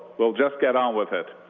we'll just get on with it.